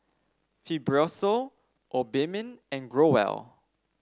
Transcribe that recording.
Fibrosol Obimin and Growell